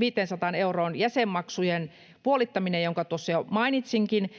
500 euroon. Jäsenmaksujen puolittaminen, jonka tuossa jo mainitsinkin.